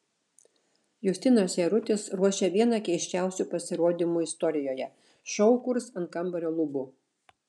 justinas jarutis ruošia vieną keisčiausių pasirodymų istorijoje šou kurs ant kambario lubų